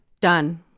Done